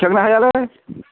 खेबनो हायालै